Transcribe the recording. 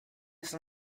ist